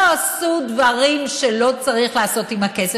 לא עשו דברים שלא צריך לעשות עם הכסף.